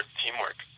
teamwork